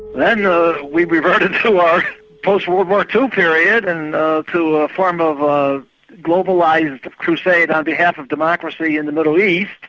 then we reverted to our post-world war two period and to a form of ah globalised crusade on behalf of democracy in the middle east,